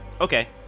Okay